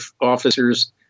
officers